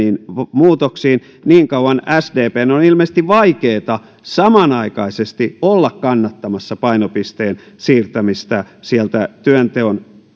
muutoksiin niin kauan sdpn on ilmeisesti vaikeata samanaikaisesti olla kannattamassa painopisteen siirtämistä työnteon